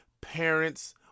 parents